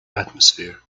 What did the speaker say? atmosphere